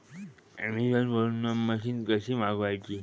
Amazon वरन machine कशी मागवची?